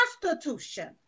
constitution